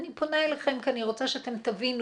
אני פונה אליכם כי אני רוצה שאתם תבינו